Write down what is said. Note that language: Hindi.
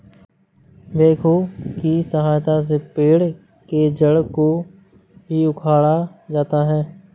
बेक्हो की सहायता से पेड़ के जड़ को भी उखाड़ा जाता है